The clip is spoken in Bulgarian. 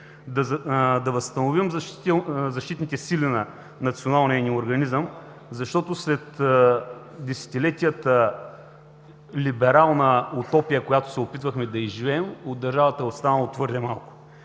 Да възстановим защитните сили на националния ни организъм, защото след десетилетията либерална утопия, която се опитвахме да изживеем, от държавата е останало твърде малко.